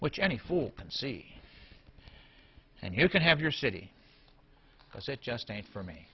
which any fool can see and you can have your city because it just ain't for me